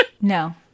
No